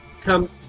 come